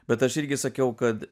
bet aš irgi sakiau kad